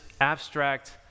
abstract